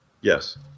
Yes